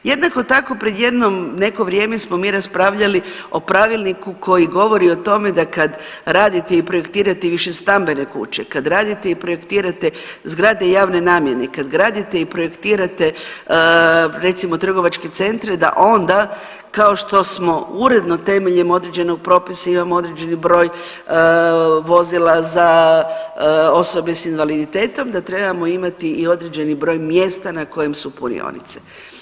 Jednako tako pred jedno, neko vrijeme smo mi raspravljali o pravilniku koji govori o tome da kad radite i projektirate višestambene kuće, kad radite i projektirate zgrade javne namjene, kad graditi i projektirate recimo trgovačke centre da onda kao što smo uredno temeljem određenog propisa imamo određeni broj vozila za osobe s invaliditetom, da trebamo imati i određeni broj mjesta na kojem su punionice.